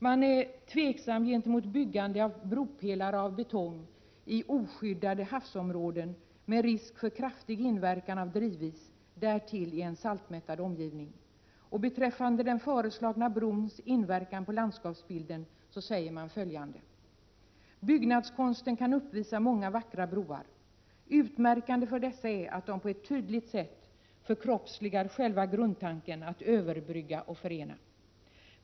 Man är där tveksam till byggande av bropelare av betong i oskyddade havsområden med risk för kraftig påverkan av drivis, därtill i en saltmättad omgivning. Beträffande den föreslagna brons inverkan på landskapsbilden säger planverket följande: ”Byggnadskonsten kan uppvisa många vackra broar. Utmärkande för Prot. 1987/88:31 dessa är att de på ett tydligt sätt förkroppsligar själva grundtanken i att 25 november 1987 överbrygga och förena.